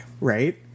Right